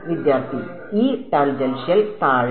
വിദ്യാർത്ഥി E tangential താഴെ